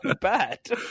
bad